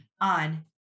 on